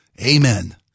Amen